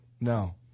No